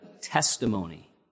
testimony